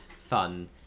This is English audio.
fun